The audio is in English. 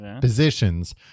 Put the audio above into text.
positions